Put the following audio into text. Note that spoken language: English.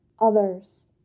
others